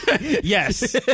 yes